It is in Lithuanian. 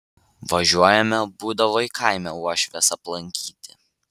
važiuojame būdavo į kaimą uošvės aplankyti